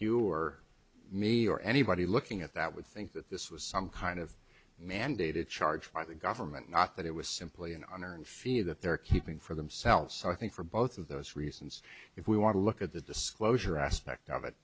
hugh or me or anybody looking at that would think that this was some kind of mandated charge by the government not that it was simply an honor and feel that they're keeping for themselves so i think for both of those reasons if we want to look at the disclosure aspect of it